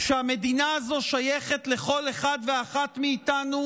שהמדינה הזו שייכת לכל אחד ואחת מאיתנו,